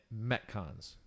Metcons